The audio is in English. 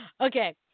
Okay